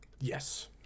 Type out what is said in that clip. yes